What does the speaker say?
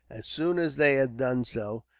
as soon as they had done so,